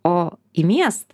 o į miestą